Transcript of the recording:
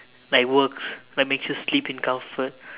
like works like makes you sleep in comfort